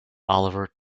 oliver